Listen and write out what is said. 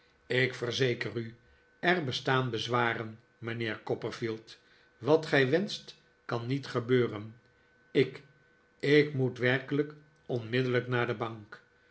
ik verzeker u er bestaan bezwaren mijnheer copperfield wat gij wenscht kan niet gebeuren ik ik moet werkelijk onmiddellijk naar de bank